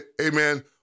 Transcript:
amen